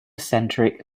centric